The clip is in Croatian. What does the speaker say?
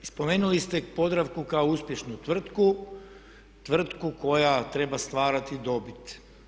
I spomenuli ste Podravku kao uspješnu tvrtku, tvrtku koja treba stvarati dobit.